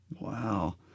Wow